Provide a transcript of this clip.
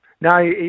No